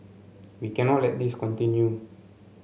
we cannot let this continue